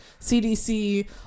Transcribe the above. CDC